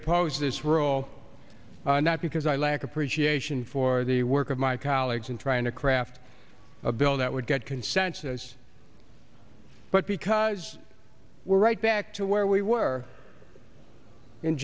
opposed this role not because i lack appreciation for the work of my colleagues in trying to craft a bill that would get consensus but because we're right back to where we were in